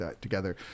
together